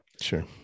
Sure